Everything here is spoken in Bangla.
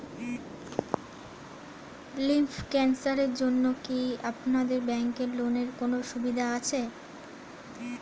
লিম্ফ ক্যানসারের জন্য কি আপনাদের ব্যঙ্কে লোনের কোনও সুবিধা আছে?